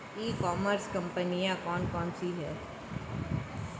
ई commerce कंपनियाँ कौन कौन सी हैं?